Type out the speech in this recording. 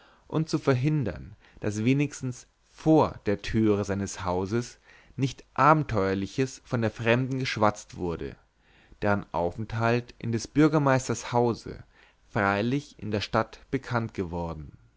und zu verhindern daß wenigstens vor der türe seines hauses nicht abenteuerliches von der fremden geschwatzt wurde deren aufenthalt in des bürgermeisters hause freilich in der stadt bekannt geworden